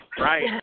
Right